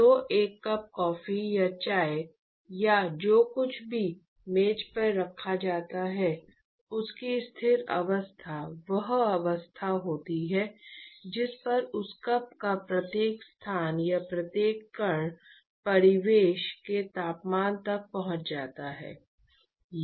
तो एक cup coffee या चाय या जो कुछ भी मेज पर रखा जाता है उसकी स्थिर अवस्था वह अवस्था होती है जिस पर उस कप का प्रत्येक स्थान या प्रत्येक कण परिवेश के तापमान तक पहुँच जाता है